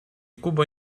куба